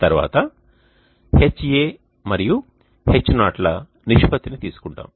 తర్వాత Ha మరియు Ho ల నిష్పత్తిని తీసుకుంటాము